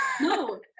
no